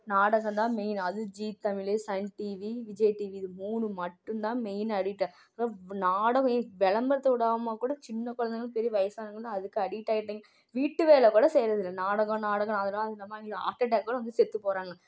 நாடகம் தான் மெயின் அதுவும் ஜீ தமிழ் சன் டீவி விஜய் டீவி இது மூணு மட்டும்தான் மெயின் அடிட் நாடகம் விளம்பரத்தை விடாமல் கூட சின்ன குழந்தைங்களும் பெரிய வயசானவங்கலெலாம் அதுக்கு அடிட் ஆகிட்டாங்க வீட்டு வேலை கூட செய்கிறது இல்லை நாடகம் நாடகம் அது தான் ஒரு மாதிரி ஆகி ஹார்ட் அட்டாக் கூட வந்து செத்து போகிறாங்க